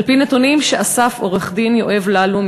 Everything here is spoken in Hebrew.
על-פי נתונים שאסף עורך-דין יואב ללום,